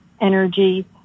energy